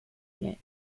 unit